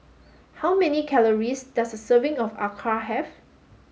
how many calories does a serving of Acar have